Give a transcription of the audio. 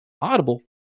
Audible